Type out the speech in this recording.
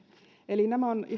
eli emme